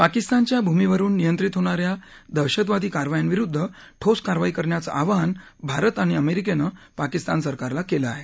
पाकिस्तानच्या भूमीवरुन नियंत्रित होणाऱ्या दहशतवादी कारवायांविरुद्ध ठोस कारवाई करण्याचं आवाहन भारत आणि अमेरिकेनं पाकिस्तान सरकारला केलं आहे